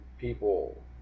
people